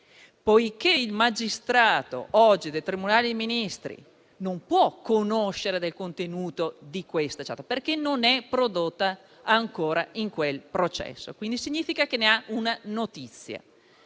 Il magistrato del Tribunale dei Ministri non può conoscere il contenuto di questa *chat*, perché non è prodotta ancora in quel processo, quindi significa che ne ha una notizia.